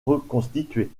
reconstitué